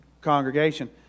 congregation